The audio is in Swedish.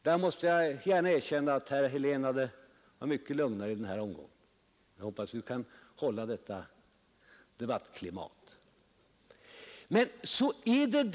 Jag vill gärna erkänna att herr Helén var mycket lugnare i den senaste omgången, och jag hoppas att vi kan bibehålla detta debattklimat.